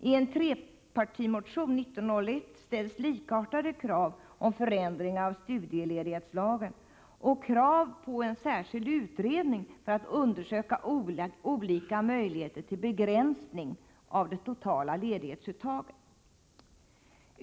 I en trepartimotion, 1901, ställs likartade krav om förändringar av studieledighetslagen och krav på en särskild utredning för att undersöka olika möjligheter till begränsning av det totala ledighetsuttaget.